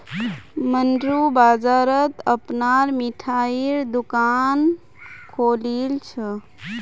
मन्नू बाजारत अपनार मिठाईर दुकान खोलील छ